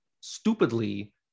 stupidly